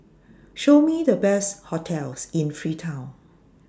Show Me The Best hotels in Freetown